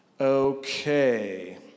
Okay